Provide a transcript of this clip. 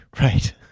Right